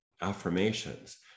affirmations